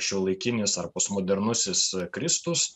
šiuolaikinis ar postmodernusis kristus